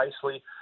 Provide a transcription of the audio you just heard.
precisely